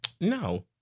No